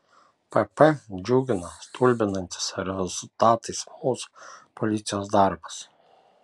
pp džiugina stulbinantis rezultatais mūsų policijos darbas